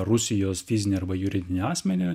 rusijos fizinį arba juridinį asmenį